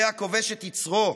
זה הכובש את יצרו,